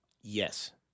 Yes